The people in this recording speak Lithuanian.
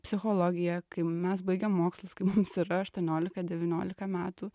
psichologiją kai mes baigėm mokslus kai mums yra aštuoniolika devyniolika metų